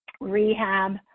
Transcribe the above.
rehab